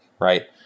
right